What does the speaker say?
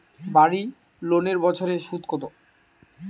বাড়ি লোনের বছরে সুদ কত?